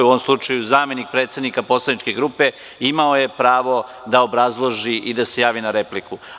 U ovom slučaju zamenik predsednika poslaničke grupe imao je pravo da obrazloži i da se javi na repliku.